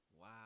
Wow